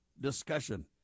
discussion